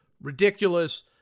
ridiculous